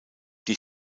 die